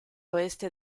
oeste